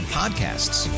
podcasts